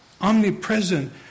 omnipresent